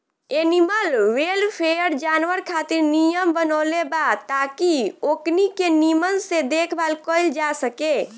animal welfare, जानवर खातिर नियम बनवले बा ताकि ओकनी के निमन से देखभाल कईल जा सके